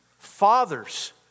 Fathers